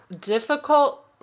difficult